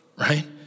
right